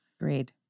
Agreed